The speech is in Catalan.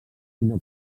sinó